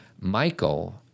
Michael